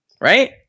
Right